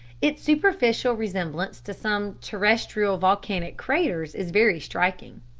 its superficial resemblance to some terrestrial volcanic craters is very striking.